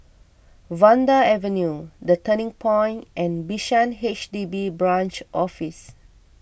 Vanda Avenue the Turning Point and Bishan H D B Branch Office